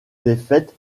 défaite